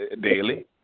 daily